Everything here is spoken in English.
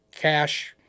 cash